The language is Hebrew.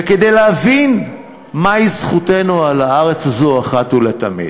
כדי להבין מהי זכותנו על הארץ הזאת, אחת ולתמיד,